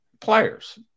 players